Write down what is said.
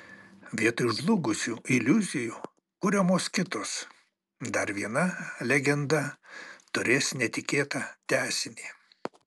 vietoj žlugusių iliuzijų kuriamos kitos dar viena legenda turės netikėtą tęsinį